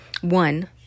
One